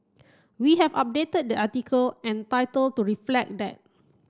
we have updated the article and title to reflect that